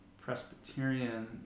Presbyterian